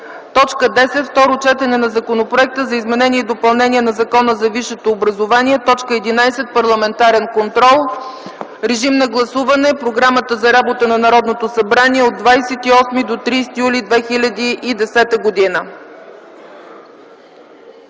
10. Второ четене на Законопроекта за изменение и допълнение на Закона за висшето образование. 11. Парламентарен контрол. Моля, гласувайте програмата за работа на Народното събрание от 28 до 30 юли 2010 г.